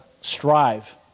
strive